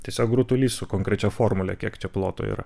tiesiog rutulys su konkrečia formule kiek čia ploto yra